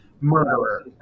murderer